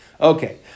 Okay